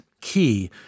key